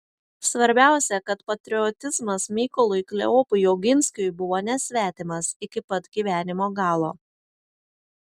svarbiausia kad patriotizmas mykolui kleopui oginskiui buvo nesvetimas iki pat gyvenimo galo